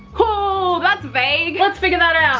ooh! that's vague. let's figure that out.